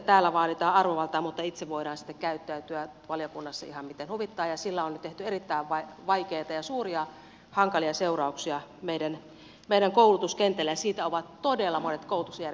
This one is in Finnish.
täällä vaaditaan arvovaltaa mutta itse voidaan sitten käyttäytyä valiokunnassa ihan miten huvittaa ja sillä on tehty erittäin vaikeita ja suuria hankalia seurauksia meidän koulutuskentällämme ja siitä ovat todella monet koulutusjärjestäjät huolissaan